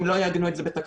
אם לא יעגנו את זה בתקנות,